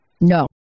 no